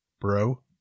bro